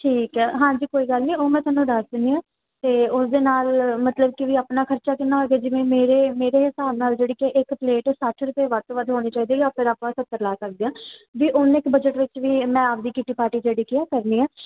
ਠੀਕ ਹੈ ਹਾਂਜੀ ਕੋਈ ਗੱਲ ਨਹੀਂ ਉਹ ਮੈਂ ਤੁਹਾਨੂੰ ਦੱਸ ਦਿੰਦੀ ਹਾਂ ਅਤੇ ਉਸਦੇ ਨਾਲ ਮਤਲਬ ਕਿ ਵੀ ਆਪਣਾ ਖਰਚਾ ਕਿੰਨਾ ਹੋ ਗਿਆ ਜਿਵੇਂ ਮੇਰੇ ਮੇਰੇ ਹਿਸਾਬ ਨਾਲ ਜਿਹੜੀ ਕਿ ਇੱਕ ਪਲੇਟ ਸੱਠ ਰੁਪਏ ਵੱਧ ਤੋਂ ਵੱਧ ਹੋਣੀ ਚਾਹੀਦੀ ਜਾਂ ਫਿਰ ਆਪਾਂ ਸੱਤਰ ਲਗਾ ਸਕਦੇ ਹਾਂ ਵੀ ਉਨੇ ਕੁ ਬਜਟ ਵਿੱਚ ਵੀ ਮੈਂ ਆਪਦੀ ਕਿੱਟੀ ਪਾਰਟੀ ਜਿਹੜੀ ਕਿ ਉਹ ਕਰਨੀ ਆ